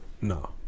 No